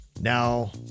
now